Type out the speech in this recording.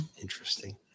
interesting